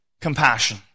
compassion